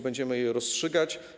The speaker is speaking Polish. Będziemy je rozstrzygać.